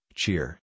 cheer